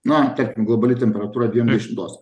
na tarkim globali temperatūra dviem dešimtosiom